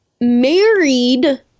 married